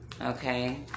Okay